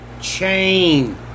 chain